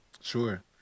Sure